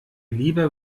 lieber